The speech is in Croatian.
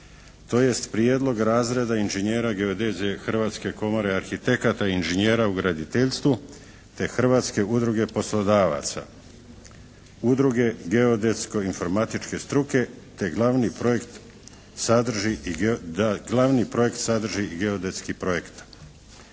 tj. prijedlog razreda inžinjera geodezije Hrvatske komore arhitekata i inžinjera u graditeljstvu te Hrvatske udruge poslodavaca, Udruge geodetsko informatičke struke te glavni projekt sadrži i, glavni projekt